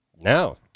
No